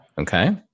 Okay